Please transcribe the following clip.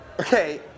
Okay